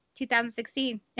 2016